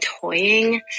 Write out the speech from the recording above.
toying